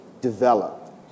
develop